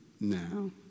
now